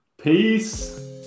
Peace